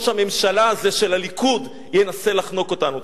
הממשלה הזה של הליכוד ינסה לחנוק אותנו.